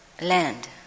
land